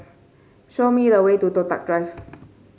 show me the way to Toh Tuck Drive